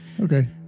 Okay